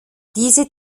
diese